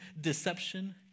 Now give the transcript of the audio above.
deception